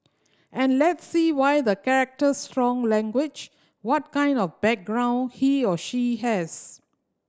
and let's see why the character strong language what kind of background he or she has